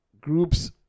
groups